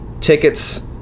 tickets